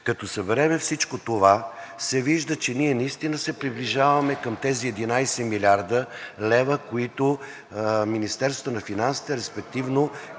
Като съберем всичко това, се вижда, че ние наистина се приближаваме към тези 11 млрд. лв., които Министерството на финансите, респективно